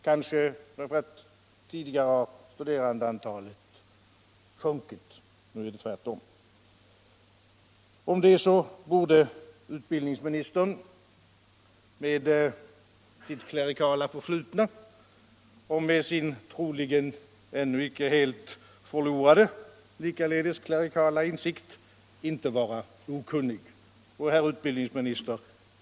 Kanske är det därför att studerandeantalet tidigare har minskat —- nu är det tvärtom. Om det borde utbildningsministern med sitt klerikala förflutna och med sin troligen ännu inte helt förlorade klerikala insikt inte vara okunnig. Herr utbildningsminister!